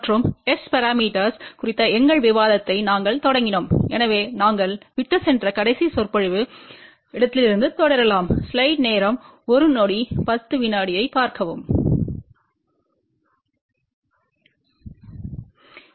மற்றும் S parameters குறித்த எங்கள் விவாதத்தை நாங்கள் தொடங்கினோம் எனவே நாங்கள் விட்டுச்சென்ற கடைசி சொற்பொழிவு இடத்திலிருந்து தொடரலாம்